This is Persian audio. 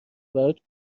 برات